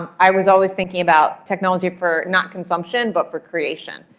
i was always thinking about technology for not consumption, but for creation.